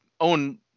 own –